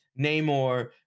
Namor